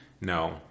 No